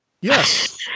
Yes